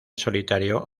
solitario